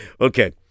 Okay